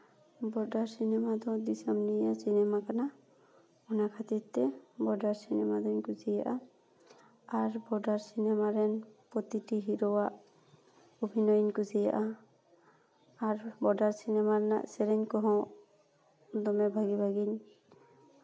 border cinema ᱫᱚ ᱫᱤᱥᱚᱢ ᱱᱤᱭᱮ ᱥᱤᱱᱮᱢᱟ ᱠᱟᱱᱟ ᱚᱱᱟ ᱠᱷᱟᱹᱛᱤᱨ ᱛᱮ ᱵᱚᱰᱟᱨ ᱥᱤᱱᱮᱢᱟ ᱫᱚᱧ ᱠᱩᱥᱤᱭᱟᱜᱼᱟ ᱟᱨ ᱵᱚᱰᱟᱨ ᱥᱤᱱᱮᱢᱟ ᱨᱮᱱ ᱯᱨᱚᱛᱤᱴᱤ ᱦᱤᱨᱳᱣᱟᱜ ᱚᱵᱷᱤᱱᱚᱭᱤᱧ ᱠᱩᱥᱤᱭᱟᱜᱼᱟ ᱟᱨ ᱵᱚᱰᱟᱨ ᱥᱤᱱᱮᱢᱟ ᱨᱮᱱᱟᱜ ᱥᱮᱨᱮᱧ ᱠᱚᱦᱚᱸ ᱫᱚᱢᱮ ᱵᱷᱟᱹᱜᱤ ᱵᱷᱟᱹᱜᱤᱧ